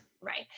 right